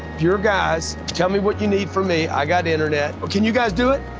your guys, tell me what you need from me. i got internet. but can you guys do it?